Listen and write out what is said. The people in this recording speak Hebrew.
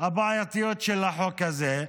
הבעייתיות של החוק הזה,